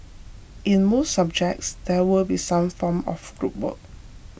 in most subjects there will be some form of group work